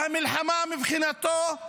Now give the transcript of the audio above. והמלחמה, מבחינתו,